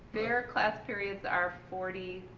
their class periods are forty